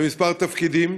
בכמה תפקידים.